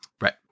Right